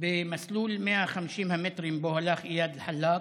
במסלול 150 המטרים שבו הלך איאד אלחלאק,